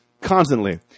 Constantly